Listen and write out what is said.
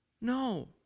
No